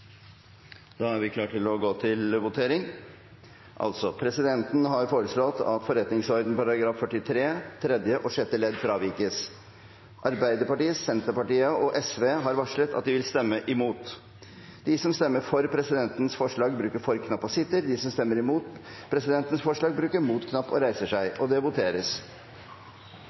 Da er vi klar til å gå til votering. Presidenten har foreslått at forretningsordenens § 43 tredje og sjette ledd fravikes. Arbeiderpartiet, Senterpartiet og Sosialistisk Venstreparti har varslet at de vil stemme mot forslaget. Tidsplanen for avgivelse og